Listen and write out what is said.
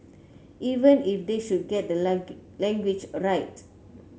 even if they should get the language a right